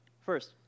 First